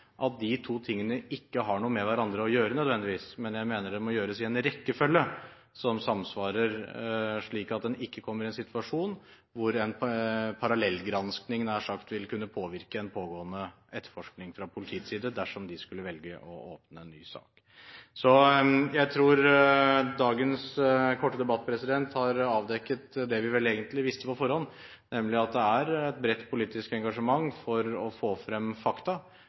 at de to tingene ikke har noe med hverandre å gjøre, nødvendigvis, men jeg mener det må gjøres i en rekkefølge som samsvarer, slik at en ikke kommer i en situasjon hvor en parallellgranskning – nær sagt – vil kunne påvirke en pågående etterforskning fra politiets side, dersom de skulle velge å åpne ny sak. Jeg tror dagens korte debatt har avdekket det vi vel egentlig visste på forhånd, nemlig at det er et bredt politisk engasjement for å få frem fakta,